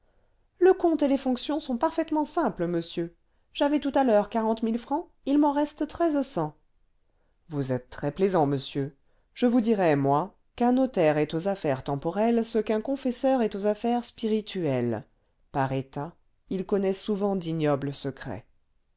le compte et les fonctions sont parfaitement simples monsieur j'avais tout à l'heure quarante mille francs il m'en reste treize cents vous êtes très plaisant monsieur je vous dirai moi qu'un notaire est aux affaires temporelles ce qu'un confesseur est aux affaires spirituelles par état il connaît souvent d'ignobles secrets